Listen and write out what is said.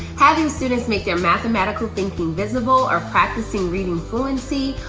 having students make their mathematical thinking visible, or practicing reading fluency,